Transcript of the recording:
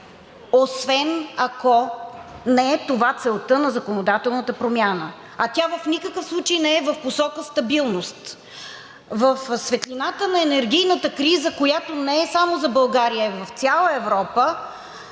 освен ако не е това целта на законодателната промяна. А тя в никакъв случай не е в посока стабилност. В светлината на енергийната криза, която не е само за България, а е в цяла Европа,